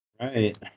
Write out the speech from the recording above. right